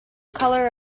color